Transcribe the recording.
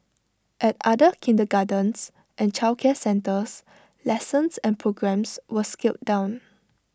at other kindergartens and childcare centres lessons and programmes were scaled down